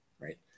right